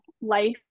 life